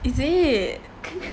is it